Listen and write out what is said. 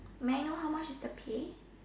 may I know how much is the pay